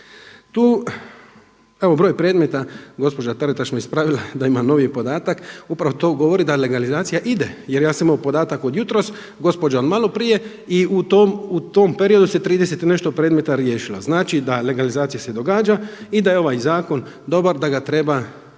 Evo broj predmeta, gospođa Taritaš me ispravila da ima novi podatak, upravo to govori da legalizacija ide jer ja sam imao podatak od jutros, gospođa od maloprije i u tom periodu se 30 i nešto predmeta riješilo. Znači da se legalizacija događa i da je ovaj zakon dobar, da ga treba držati